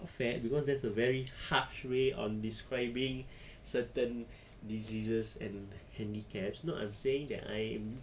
fat cause that's a very harsh way of describing certain diseases and handicap I'm not saying I am